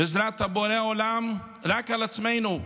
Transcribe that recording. בעזרת בורא עולם, רק על עצמנו.